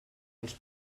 als